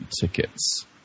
tickets